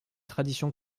tradition